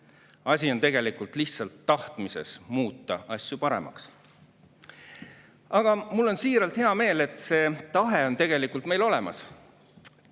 Asi on tegelikult lihtsalt tahtmises muuta asju paremaks. Mul on siiralt hea meel, et see tahe on meil tegelikult olemas.